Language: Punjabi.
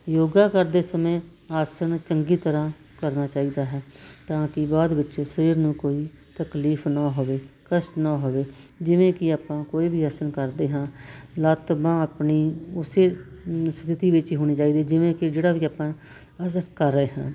ਯੋਗਾ ਕਰਦੇ ਸਮੇਂ ਆਸਣ ਚੰਗੀ ਤਰ੍ਹਾਂ ਕਰਨਾ ਚਾਹੀਦਾ ਹੈ ਤਾਂ ਕਿ ਬਾਅਦ ਵਿੱਚ ਸਰੀਰ ਨੂੰ ਕੋਈ ਤਕਲੀਫ ਨਾ ਹੋਵੇ ਕਸ਼ਟ ਨਾ ਹੋਵੇ ਜਿਵੇਂ ਕਿ ਆਪਾਂ ਕੋਈ ਵੀ ਆਸਣ ਕਰਦੇ ਹਾਂ ਲੱਤ ਬਾਂਹ ਆਪਣੀ ਉਸੇ ਸਥਿਤੀ ਵਿੱਚ ਹੋਣੀ ਚਾਹੀਦੀ ਜਿਵੇਂ ਕਿ ਜਿਹੜਾ ਵੀ ਆਪਾਂ ਆਸਣ ਕਰ ਰਹੇ ਹਾਂ